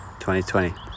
2020